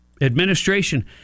administration